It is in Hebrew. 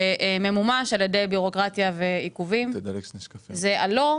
שממומש על ידי בירוקרטיה ועיכובים; זה ה"לא"